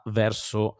verso